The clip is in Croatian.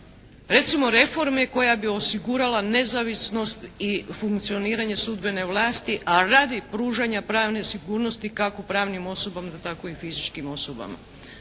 recimo reforme koja bi osigurala nezavisnost i funkcioniranje sudbene vlasti, a radi pružanja pravne sigurnosti kako pravnim osobama, tako i fizičkim osobama.